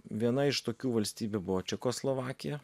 viena iš tokių valstybių buvo čekoslovakija